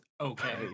okay